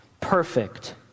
perfect